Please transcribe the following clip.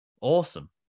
awesome